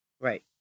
right